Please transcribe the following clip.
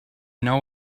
know